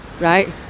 right